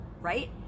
Right